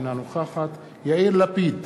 אינה נוכחת יאיר לפיד,